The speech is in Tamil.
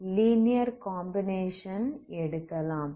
நாம் லீனியர் காம்பினேஷன் எடுக்கலாம்